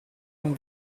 non